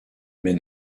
mais